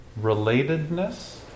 relatedness